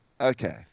Okay